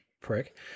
prick